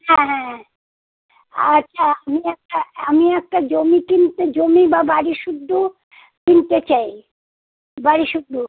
হ্যাঁ হ্যাঁ আচ্ছা আমি একটা আমি একটা জমি কিনতে জমি বা বাড়ি শুদ্ধ কিনতে চাই বাড়ি শুদ্ধ